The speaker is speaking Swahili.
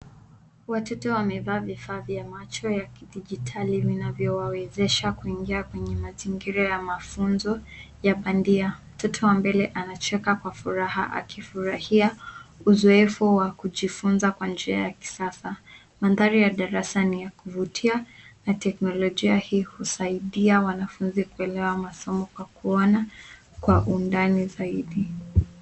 Watoto wamevaa vifaa vya macho ya kidigitali vinavyo wawezesha kuingia kwenye mazingira ya mafunzo ya bandia. Mtoto wa mbele anacheka kwa furaha akifurahia uzoefu wa kujifunza kwa njia ya kisasa. Mandhari ya darasa ni ya kuvutia na teknolojia hii husaidia wanafunzi kuelewa masomo kwa kuona kwa undani zaidi.